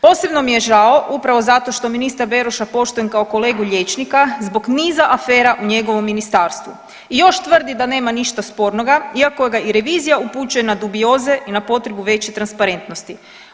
Posebno mi je žao upravo zato što ministra Beroša poštujem kao kolegu liječnika zbog niza afera u njegovom ministarstvu i još tvrdi da nema ništa spornoga iako ga i revizija upućuje na dubioze i na potrebu veće transparentnosti.